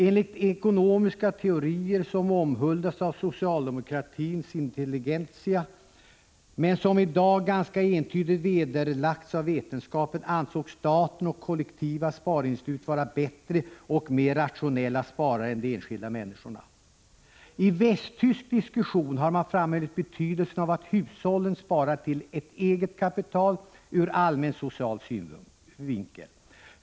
Enligt ekonomiska teorier som omhuldas av socialdemokratins intelligentia, men som i dag ganska entydigt vederlagts av vetenskapen, ansågs staten och kollektiva sparinstitut vara bättre och mer rationella sparare än de enskilda människorna. ——-— I västtysk diskussion har man också framhållit betydelsen av att hushållen sparar till ett eget kapital ur allmän social synvinkel.